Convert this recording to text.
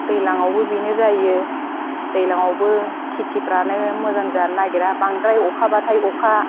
दैज्लांआवबो बेनो जायो दैज्लांआवबो खेथिफ्रानो मोजां जानो नागिरा बांद्राय अखाबाथाय अखा